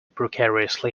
precariously